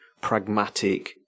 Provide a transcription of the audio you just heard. pragmatic